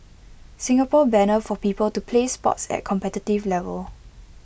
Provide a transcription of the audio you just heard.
Singapore banner for people to play sports at competitive level